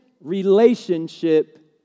relationship